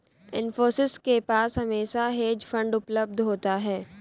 इन्फोसिस के पास हमेशा हेज फंड उपलब्ध होता है